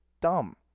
dumb